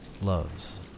loves